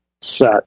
set